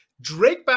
Drake